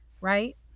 Right